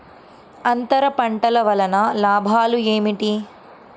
అంతర పంటల వలన లాభాలు ఏమిటి?